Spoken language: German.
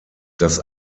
das